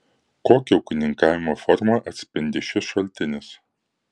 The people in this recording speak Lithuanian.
kokią ūkininkavimo formą atspindi šis šaltinis